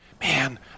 man